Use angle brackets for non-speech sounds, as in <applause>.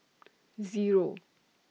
<noise> Zero